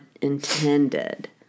intended